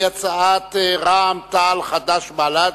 הצעת רע"ם-תע"ל, חד"ש ובל"ד,